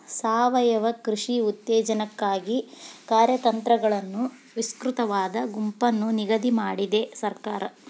ಸಾವಯವ ಕೃಷಿ ಉತ್ತೇಜನಕ್ಕಾಗಿ ಕಾರ್ಯತಂತ್ರಗಳನ್ನು ವಿಸ್ತೃತವಾದ ಗುಂಪನ್ನು ನಿಗದಿ ಮಾಡಿದೆ ಸರ್ಕಾರ